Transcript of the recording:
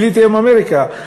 גיליתי היום את אמריקה,